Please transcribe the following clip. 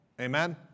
Amen